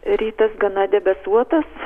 rytas gana debesuotas